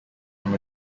from